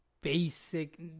basic